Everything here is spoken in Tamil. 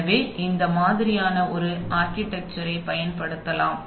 எனவே இந்த மாதிரியான ஒரு ஆர்கிடெக்சர் ஐ பயன்படுத்தலாம்